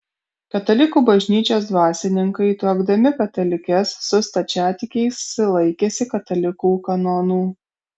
katalikų bažnyčios dvasininkai tuokdami katalikes su stačiatikiais laikėsi katalikų kanonų